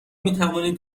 میتوانید